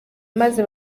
maze